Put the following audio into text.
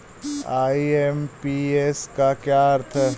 IMPS का क्या अर्थ है?